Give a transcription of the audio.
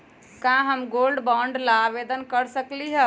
का हम gold bond ला आवेदन कर सकली ह?